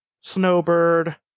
Snowbird